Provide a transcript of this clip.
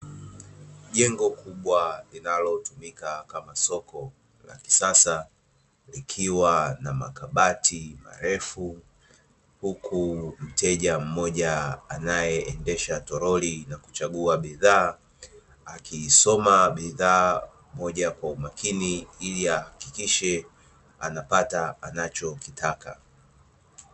Jengo kubwa linalotumika kama soko la kisasa, likiwa na makabati marefu, huku mteja mmoja anayeendesha toroli na kuchangua bidhaa, akiisoma bidhaa moja kwa umakini ili ahakikishe anapata anachokitaka .